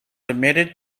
admitted